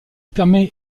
permet